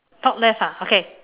top left ah okay